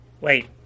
Wait